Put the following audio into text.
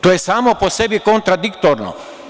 To je samo po sebi kontradiktorno.